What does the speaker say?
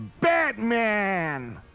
batman